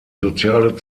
soziale